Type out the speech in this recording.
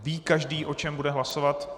Ví každý, o čem bude hlasovat?